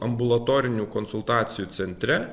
ambulatorinių konsultacijų centre